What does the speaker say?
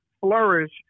flourish